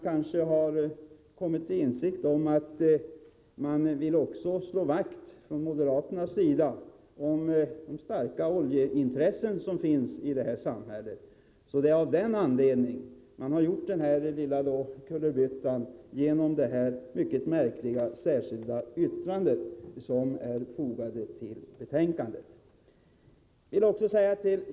Kanske har man även från moderaternas sida kommit till insikt om att man vill slå vakt om de starka oljeintressen som finns i vårt samhälle. Kanske är det av den anledningen som man gjort den här lilla kullerbyttan — dvs. kanske är det därför som man avgett det mycket märkliga särskilda yttrande som fogats vid skatteutskottets betänkande.